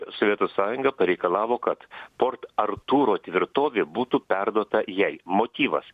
sovietų sąjunga pareikalavo kad port artūro tvirtovė būtų perduota jei motyvas